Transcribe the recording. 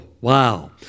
wow